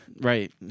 right